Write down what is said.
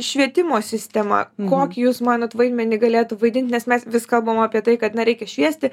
švietimo sistema kokį jūs manot vaidmenį galėtų vaidint nes mes vis kalbam apie tai kad na reikia šviesti